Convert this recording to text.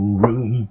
room